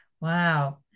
Wow